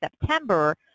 September